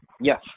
Yes